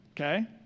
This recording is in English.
okay